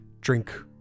drink